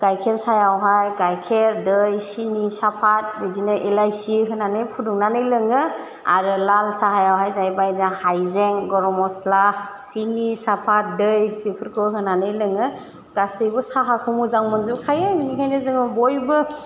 गाइखेर साहायावहाय गाइखेर दै सिनि साफाद बिदिनो एलाइसि होनानै फुदुंनानै लोङो आरो लाल साहायावहाय जाहैबाय जोहा हाइजें गर मस्ला सिनि साफाद दै बेफोरखौ होनानै लोङो गासैबो साहाखौ मोजां मोनजोब खायो बेनिखायनो जोङो बयबो